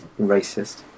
Racist